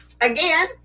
again